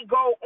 go